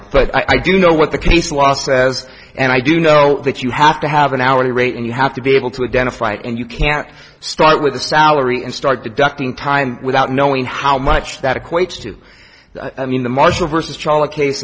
honor but i do know what the case law says and i do know that you have to have an hourly rate and you have to be able to identify it and you can start with a salary and start the ducting time without knowing how much that equates to i mean the marshall versus challah case